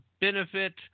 benefit